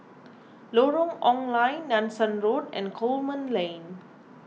Lorong Ong Lye Nanson Road and Coleman Lane